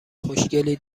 خوشگلی